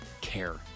care